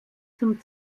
zum